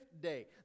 day